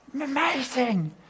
amazing